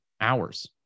hours